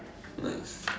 nice